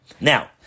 Now